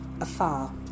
afar